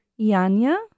Yanya